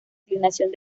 declinación